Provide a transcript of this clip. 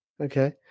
Okay